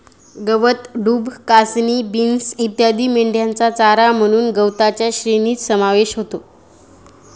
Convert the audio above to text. गवत, डूब, कासनी, बीन्स इत्यादी मेंढ्यांचा चारा म्हणून गवताच्या श्रेणीत समावेश होतो